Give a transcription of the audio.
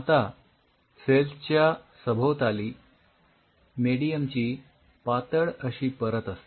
आता सेल्स च्या सभोवताली मेडियमची पातळ अशी परत असते